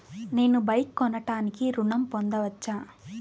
నేను బైక్ కొనటానికి ఋణం పొందవచ్చా?